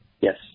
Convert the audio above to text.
Yes